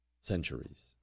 centuries